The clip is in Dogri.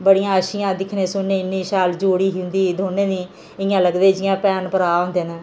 बड़ियां अच्छियां दिक्खने सुनने च इन्ने शैल जोड़ी ही उंदी दौने दी इ'यां लगदे जियां भैन भ्राऽ होंदे न